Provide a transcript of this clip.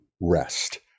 rest